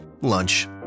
Lunch